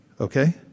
Okay